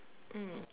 mm